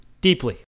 Deeply